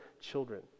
children